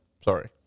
Sorry